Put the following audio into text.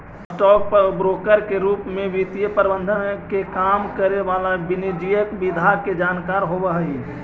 stock broker के रूप में वित्तीय प्रबंधन के काम करे वाला वाणिज्यिक विधा के जानकार होवऽ हइ